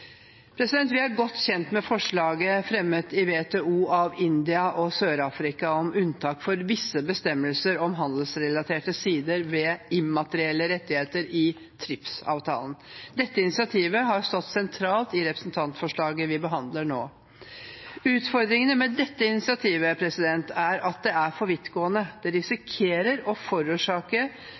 forslaget fremmet i WTO av India og Sør-Afrika om unntak for visse bestemmelser om handelsrelaterte sider ved immaterielle rettigheter i TRIPS-avtalen. Dette initiativet har stått sentralt i representantforslaget vi behandler nå. Utfordringene med dette initiativet er at det er for vidtgående. Det risikerer å forårsake